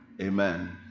Amen